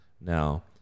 Now